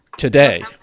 Today